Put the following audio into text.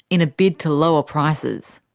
in a bid to lower prices.